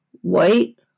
white